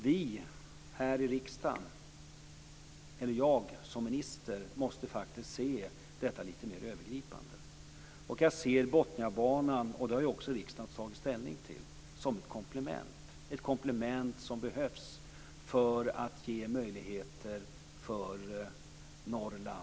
Vi här i riksdagen, eller jag som minister, måste faktiskt se detta lite mer övergripande. Och jag ser Botniabanan som ett komplement som behövs för att ge möjligheter för Norrland att utvecklas, och det har riksdagen också tagit ställning till.